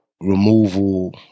removal